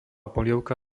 polievka